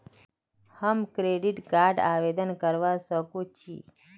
हम credit card आवेदन करवा संकोची?